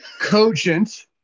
cogent